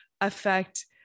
affect